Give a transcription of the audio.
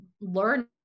learn